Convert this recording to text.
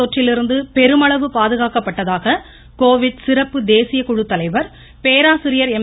தொற்றிலிருந்து பெருமளவு பாதுகாக்கப்பட்டதாக கோவிட் சிறப்பு தேசிய குழு தலைவர் பேராசிரியர் எம்